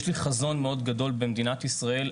יש לי חזון מאוד גדול במדינת ישראל,